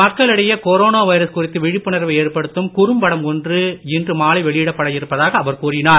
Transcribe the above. மக்களிடையே corona virus குறித்து விழிப்புணர்வை ஏற்படுத்தும் குறும்படம் ஒன்று இன்று மாலை வெளியிடப்பட இருப்பதாக அவர் கூறினார்